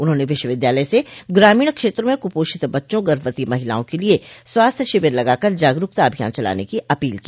उन्होंने विश्वविद्यालय से ग्रामीण क्षेत्रों में क्पोषित बच्चों गर्भवती महिलाओं के लिये स्वास्थ्य शिविर लगाकर जागरूकता अभियान चलाने की अपील को